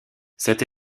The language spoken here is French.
cette